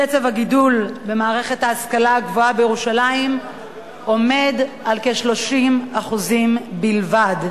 קצב הגידול במערכת ההשכלה הגבוהה בירושלים עומד על כ-30% בלבד.